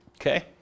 Okay